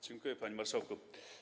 Dziękuję, panie marszałku.